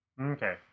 Okay